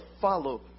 follow